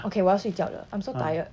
okay 我要睡觉了 I'm so tired